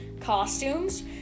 costumes